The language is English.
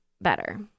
better